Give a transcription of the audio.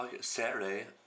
Saturday